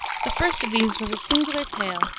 the first of these was a singular tale,